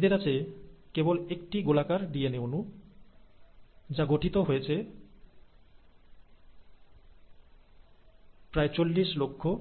এদের আছে কেবল একটি গোলাকার ডিএনএ অণু যা গঠিত হয়েছে প্রায় 4000000